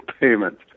payment